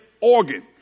organ